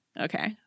Okay